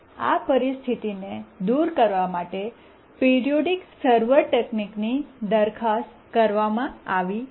આ પરિસ્થિતિને દૂર કરવા માટે પિરીયોડીક સર્વર તકનીકની દરખાસ્ત કરવામાં આવી છે